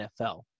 nfl